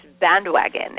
bandwagon